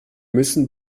müssen